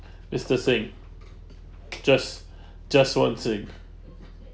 it's the same just just one thing